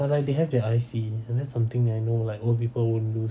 but like they have their I_C and that's something I know like old people won't lose